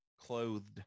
clothed